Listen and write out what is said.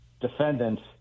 defendants